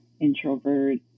introvert